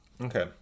okay